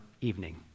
evening